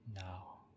Now